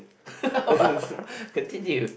continue